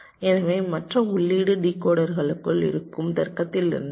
எனவே மற்ற உள்ளீடு டிகோடருக்குள் இருக்கும் தர்க்கத்திலிருந்து வரும்